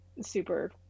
super